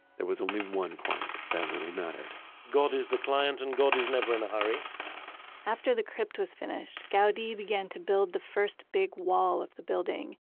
there was only one client that really mattered god is the client and god is never in a hurry after the crypt was finished gaudi began to build the first big wall of the building,